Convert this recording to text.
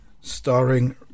Starring